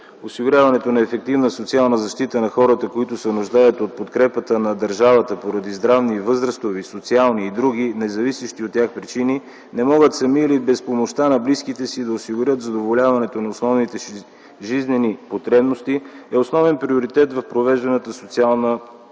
Осигуряването на ефективна социална защита на хората, които се нуждаят от подкрепата на държавата поради здравни, възрастови, социални и други, независещи от тях причини, не могат сами или без помощта на близките си да осигурят задоволяването на основните си жизнени потребности, е основен приоритет в провежданата социална политика.